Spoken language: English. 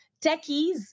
techies